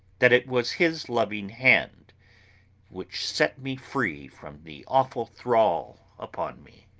that it was his loving hand which set me free from the awful thrall upon me.